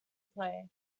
play